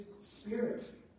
spirit